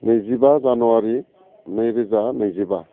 नैजिबा जानुवारि नैरोजा नैजिबा